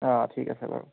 অঁ ঠিক আছে বাৰু